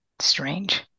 strange